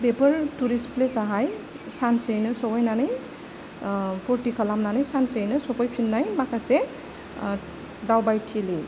बेफोर तुरिस्त प्लेसाहाय सानसेयैनो सहैनानै फुर्ति खालामनानै सानसेयैनो सफैफिन्नाय माखासे दावबायथिलि